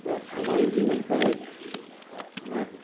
بس ہماری جیون کا ایک ماتر